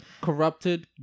Corrupted